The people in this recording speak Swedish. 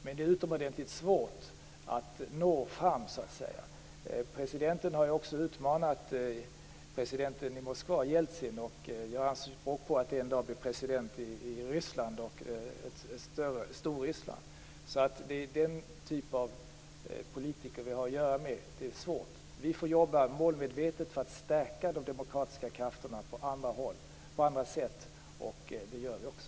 Men det är utomordentligt svårt att nå fram. Presidenten har också utmanat president Jeltsin i Moskva och gör anspråk på att en dag bli president i Ryssland, ett Storryssland. Det är alltså den typen av politiker som vi har att göra med. Det är svårt. Vi får jobba målmedvetet för att stärka de demokratiska krafterna på andra sätt, och det gör vi också.